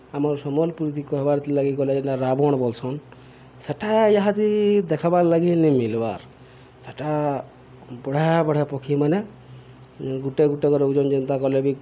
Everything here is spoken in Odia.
ଆମର୍ ସମ୍ବଲ୍ପୁରୀଥି କହେବାର୍ଥି ଗଲେ ଯେ ରାବଣ୍ ବଲ୍ସନ୍ ସେଟା ଇହାଦେ ଦେଖ୍ବାର୍ ଲାଗି ନି ମିଲ୍ବାର୍ ସେଟା ବଢ଼ିଆ ବଢ଼ିଆ ପକ୍ଷୀ ମାନେ ଗୁଟେ ଗୁଟେ କରି ଆଉଚନ୍ ଯେନ୍ତାକଲେ ବି